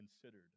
considered